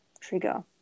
trigger